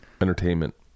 entertainment